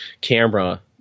camera